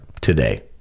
today